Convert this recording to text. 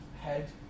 head